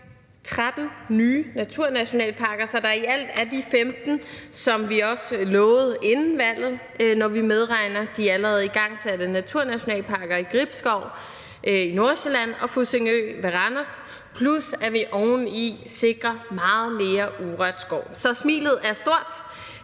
13 nye naturnationalparker, så der i alt er de 15, som vi også lovede inden valget, når vi medregner de allerede igangsatte naturnationalparker i Gribskov i Nordsjælland og Fussingø ved Randers, plus at vi oven i sikrer meget mere urørt skov. Så smilet er stort.